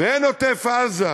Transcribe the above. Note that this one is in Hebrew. ואין עוטף-עזה,